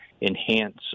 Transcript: enhance